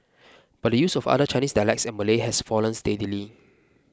but the use of other Chinese dialects and Malay has fallen steadily